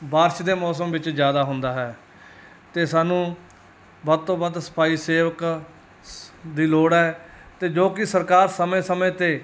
ਬਾਰਿਸ਼ ਦੇ ਮੌਸਮ ਵਿੱਚ ਜ਼ਿਆਦਾ ਹੁੰਦਾ ਹੈ ਅਤੇ ਸਾਨੂੰ ਵੱਧ ਤੋਂ ਵੱਧ ਸਫਾਈ ਸੇਵਕ ਸ ਦੀ ਲੋੜ ਹੈ ਅਤੇ ਜੋ ਕਿ ਸਰਕਾਰ ਸਮੇਂ ਸਮੇਂ 'ਤੇ